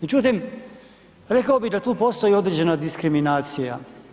Međutim rekao bih da tu postoji određena diskriminacija.